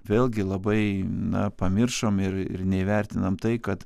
vėlgi labai na pamiršom ir ir neįvertinam tai kad